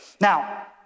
Now